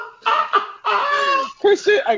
Christian